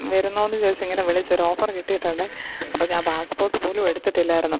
വരുന്നോ എന്ന് ചോദിച്ച് ഇങ്ങനെ വിളിച്ച ഒരു ഓഫറ് കിട്ടിയിട്ടുണ്ട് അപ്പോൾ ഞാൻ പാസ്പോർട്ട് പോലും എടുത്തിട്ടില്ലായിരുന്നു